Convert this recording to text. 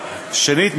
שנית,